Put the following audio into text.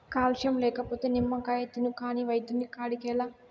calcium లేకపోతే నిమ్మకాయ తిను కాని వైద్యుని కాడికేలా